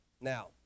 now